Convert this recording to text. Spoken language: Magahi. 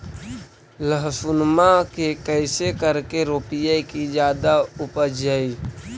लहसूनमा के कैसे करके रोपीय की जादा उपजई?